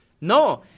No